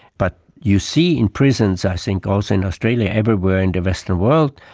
but you see in prisons i think also in australia, everywhere in the western world,